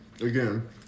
Again